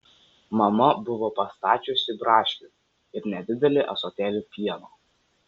mama buvo pastačiusi braškių ir nedidelį ąsotėlį pieno